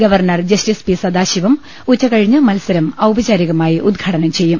governor justice P Sathasivam ഉച്ച കഴിഞ്ഞ് മത്സരം ഔപചാരികമായി ഉദ്ഘാടനം ചെയ്യും